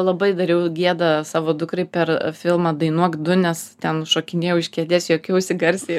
labai dariau gėdą savo dukrai per filmą dainuok du nes ten šokinėjau iš kėdės juokiausi garsiai